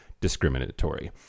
discriminatory